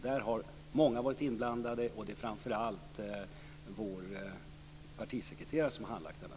Många har varit inblandade, och det är framför allt vår partisekreterare som har handlagt frågan.